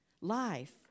Life